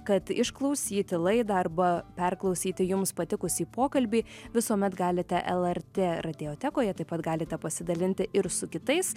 kad išklausyti laidą arba perklausyti jums patikusį pokalbį visuomet galite lrt radiotekoje taip pat galite pasidalinti ir su kitais